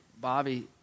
Bobby